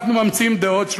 אנחנו ממציאים דעות.